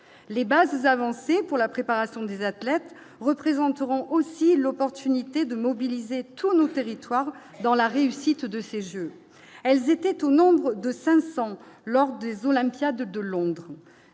les bases avancées pour la préparation des athlètes représenteront aussi l'opportunité de mobiliser tous nos territoires dans la réussite de ces Jeux, elles étaient au nombre de 500 lors des Olympiades de Londres